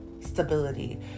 stability